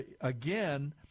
again